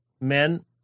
men